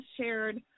shared